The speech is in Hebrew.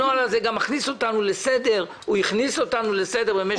הנוהל הזה מכניס אותנו לסדר כבר שנים,